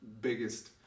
biggest